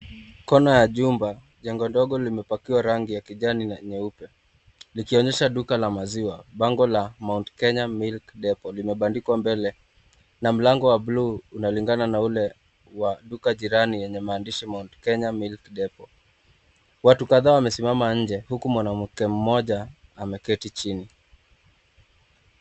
Kona ya nyumba jengo ndogo limepakiwa rangi ya kijani na nyeupe likionyesha duka la maziwa bango la mount kenya milk depot limebandikwa mbele ba mlango wa buluu unalingana na ule wa duka jirani wenye maandishi mount kenya milk depot. Watu kadhaa wamesimama nje huku mwanamke mmoja ameketi chini.